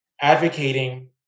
advocating